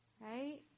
Right